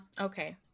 okay